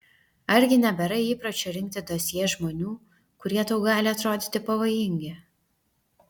argi nebėra įpročio rinkti dosjė žmonių kurie tau gali atrodyti pavojingi